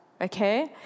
okay